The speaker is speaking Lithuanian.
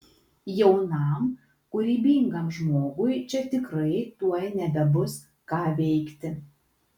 jaunam kūrybingam žmogui čia tikrai tuoj nebebus ką veikti